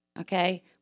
Okay